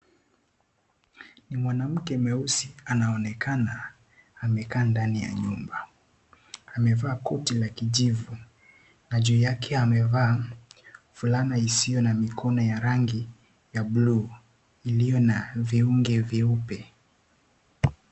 Ni mwanamke mweusi anaonekana amekaa ndani ya nyumba. Amevaa koti la kijivu na juu yake amevaa fulana isiyo na mikono ya rangi ya buluu iliyo na viungo vyeupe.